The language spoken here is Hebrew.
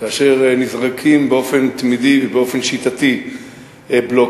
כאשר נזרקים באופן תמידי ובאופן שיטתי בלוקים,